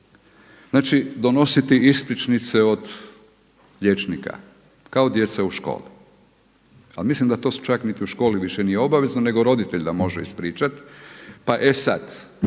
znači donositi ispričnice od liječnika kao djeca u školi. A mislim da to čak niti u školi više nije obavezno nego roditelj ga može ispričati. Pa e sada